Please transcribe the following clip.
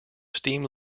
steam